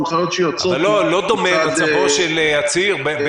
הנחיות שיוצאות מצד --- אבל לא דומה מצבו של עציר או אסיר,